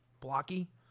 blocky